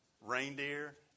reindeer